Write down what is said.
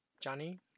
Johnny